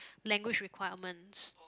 language requirements